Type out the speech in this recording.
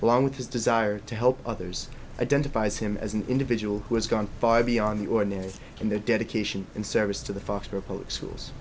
along with his desire to help others identifies him as an individual who has gone far beyond the ordinary in their dedication in service to the fox for public schools